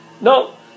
no